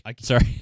Sorry